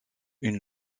une